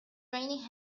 raining